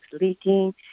leaking